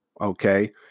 Okay